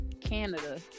Canada